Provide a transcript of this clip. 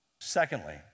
Secondly